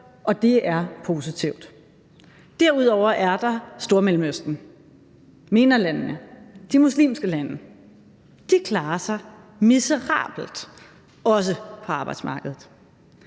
og det er positivt. Derudover er der Stormellemøsten, MENA-landene, de muslimske lande. De klarer sig miserabelt, også på arbejdsmarkedet.